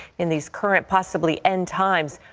in these current possibly end times,